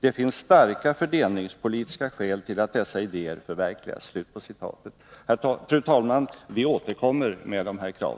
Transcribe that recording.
Det finns starka fördelningspolitiska skäl till att dessa idéer förverkligas.” Fru talman! Vi återkommer med dessa krav.